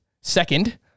Second